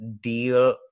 deal